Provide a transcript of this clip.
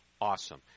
Awesome